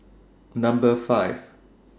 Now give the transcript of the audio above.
Number five